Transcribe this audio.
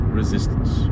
resistance